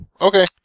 Okay